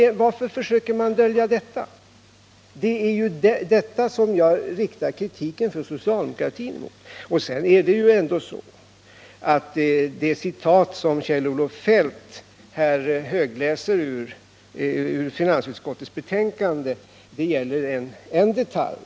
Varför försöker man dölja detta? Det är ju det som jag riktar kritik mot socialdemokratin för. Och sedan är det ju ändå så att det citat ur finansutskottets betänkande som Kjell-Olof Feldt här högläste gäller en detalj.